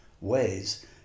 ways